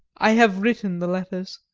i have written the letters.